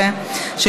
2015, לא אושרה.